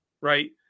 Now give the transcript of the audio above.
right